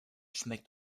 schmeckt